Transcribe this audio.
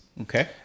Okay